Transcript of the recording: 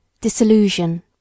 Disillusion